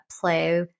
play